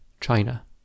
China